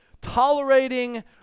tolerating